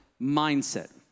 mindset